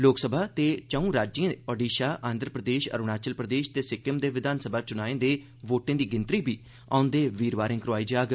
लोकसभा ते चौं राज्यें ओडीशा आंध्र प्रदेश अरूणाचल प्रदेश ते सिक्किम दे विधानसभा चुनाएं दे वोटें दी गिनतरी बी औंदे वीरवारें करोआई जाग